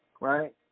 right